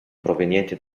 provenienti